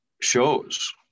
shows